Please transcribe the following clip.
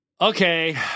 Okay